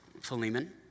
Philemon